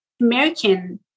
American